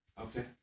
Okay